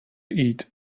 eat